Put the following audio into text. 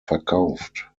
verkauft